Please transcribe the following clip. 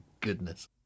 goodness